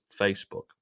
Facebook